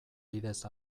bidez